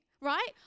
right